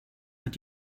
hat